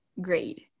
grade